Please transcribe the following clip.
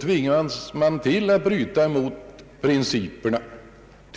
tvingas man — tyvärr — att bryta mot principerna.